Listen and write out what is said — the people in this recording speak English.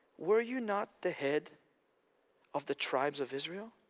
were you not the head of the tribes of israel?